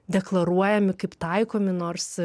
deklaruojami kaip taikomi nors